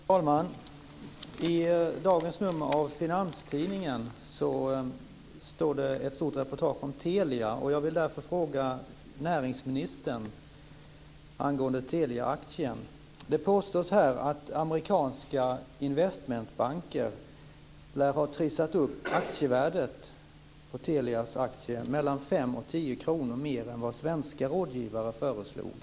Fru talman! I dagens nummer av Finanstidningen finns ett stort reportage om Telia, och jag vill med anledning av det ställa en fråga till näringsministern angående Teliaaktien. Det påstås att amerikanska investmentbanker ska ha trissat upp värdet på Telias aktie mellan 5 och 10 kr över det som svenska rådgivare föreslog.